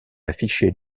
affichée